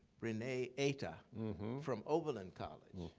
renee ater from oberlin college.